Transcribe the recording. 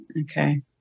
Okay